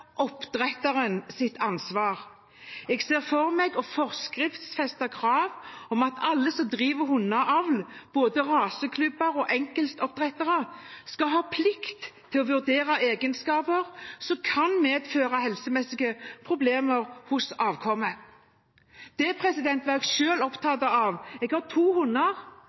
ansvar. Jeg ser for meg å forskriftsfeste krav om at alle som driver hundeavl, både raseklubber og enkeltoppdrettere, skal ha plikt til å vurdere egenskaper som kan medføre helsemessige problemer hos avkommet. Det var jeg selv opptatt av. Jeg har to hunder,